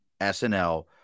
SNL